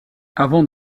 avant